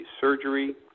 surgery